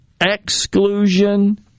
exclusion